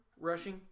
rushing